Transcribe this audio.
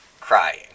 Crying